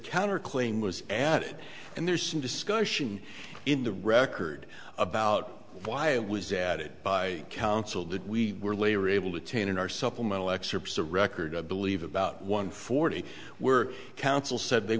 counter claim was added and there's some discussion in the record about why it was added by counsel that we were layer able to taint in our supplemental excerpts the record i believe about one forty were counsel said they